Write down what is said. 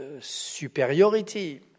superiority